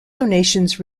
donations